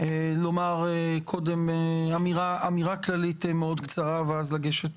לומר קודם אמירה כללית קצרה ואז לגשת